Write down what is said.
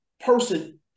person